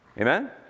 Amen